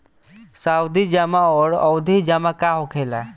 सावधि जमा आउर आवर्ती जमा का होखेला?